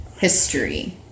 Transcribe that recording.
history